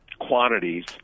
quantities